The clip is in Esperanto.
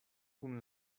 kun